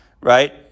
right